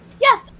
Yes